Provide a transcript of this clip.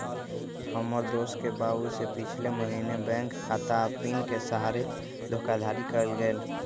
हमर दोस के बाबू से पिछले महीने बैंक खता आऽ पिन के सहारे धोखाधड़ी कएल गेल